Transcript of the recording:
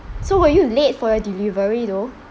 so were you late for your delivery though